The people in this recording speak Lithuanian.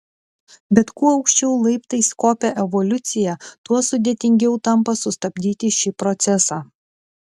bet kuo aukščiau laiptais kopia evoliucija tuo sudėtingiau tampa sustabdyti šį procesą